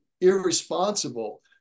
Irresponsible